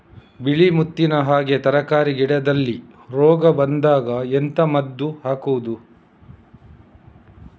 ಬಿಳಿ ಮುತ್ತಿನ ಹಾಗೆ ತರ್ಕಾರಿ ಗಿಡದಲ್ಲಿ ರೋಗ ಬಂದಾಗ ಎಂತ ಮದ್ದು ಹಾಕುವುದು?